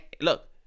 Look